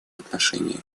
отношении